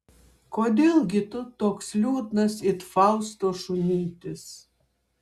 kodėl gi tu toks liūdnas it fausto šunytis